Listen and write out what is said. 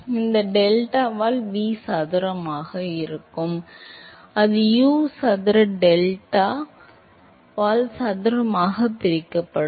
எனவே அது டெல்டாவால் V சதுரமாக இருக்கும் அது U சதுர டெல்டா சதுரம் டெல்டா சதுரமாக டெல்டாவால் எல் சதுரமாகப் பிரிக்கப்படும்